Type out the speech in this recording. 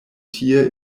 tie